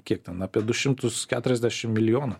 kiek ten apie du šimtus keturiasdešim milijonų